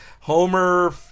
Homer